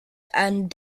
and